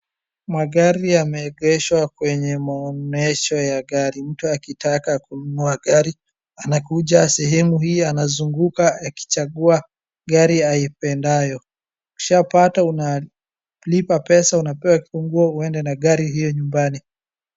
Magari yameegeshwa kwenye maonyesho ya gari. Mtu akitaka kununua gari anakuja sehemu hii anazunguka akichagua gari haipendayo, ukishapata unalipa pesa unapewa kifunguo uende na gari hio nyumbani.